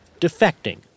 defecting